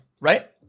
right